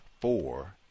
four